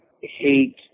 hate